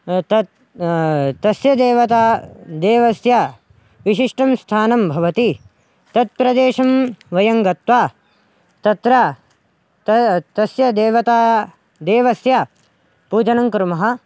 तत् तस्य देवता देवस्य विशिष्टं स्थानं भवति तत्प्रदेशं वयं गत्वा तत्र त तस्य देवता देवस्य पूजनं कुर्मः